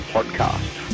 Podcast